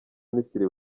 misiri